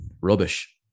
rubbish